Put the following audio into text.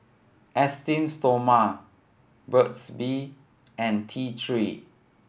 Esteem Stoma Burt's Bee and T Three